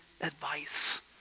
advice